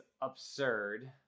absurd